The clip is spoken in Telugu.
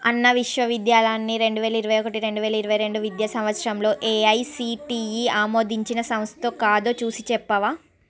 అన్నా విశ్వవిద్యాలయాన్ని రెండు వేల ఇరవై ఒకటి రెండు వేల ఇరవై రెండు విద్యా సంవత్సరంలో ఏఐసిటిఈ ఆమోదించిన సంస్థో కాదో చూసి చెప్పవా